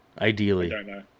Ideally